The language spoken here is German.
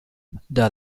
der